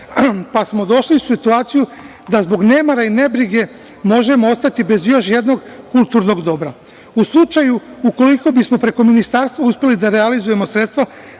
pa smo došli u situaciju da zbog nemara i nebrige možemo ostati bez još jednog kulturnog dobra. U slučaju u koliko bismo preko ministarstva uspeli da realizujemo sredstva